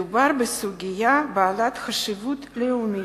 מדובר בסוגיה בעלת חשיבות לאומית.